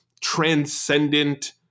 transcendent